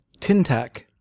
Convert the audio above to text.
Tintac